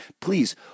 please